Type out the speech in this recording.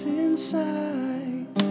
inside